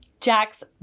Jack's